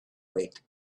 wait